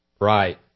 Right